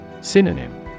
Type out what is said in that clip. Synonym